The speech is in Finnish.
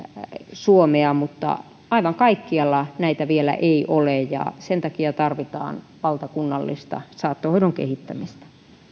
suomea mutta aivan kaikkialla näitä vielä ei ole ja sen takia tarvitaan valtakunnallista saattohoidon kehittämistä